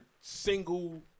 single